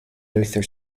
luther